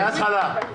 מהתחלה.